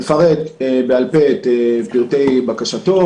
מפרט בעל פה את פרטי בקשתו.